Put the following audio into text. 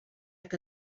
que